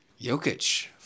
Jokic